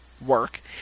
work